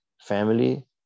family